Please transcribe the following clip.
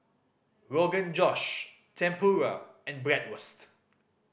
Rogan Josh Tempura and Bratwurst